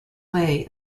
way